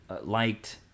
liked